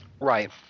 Right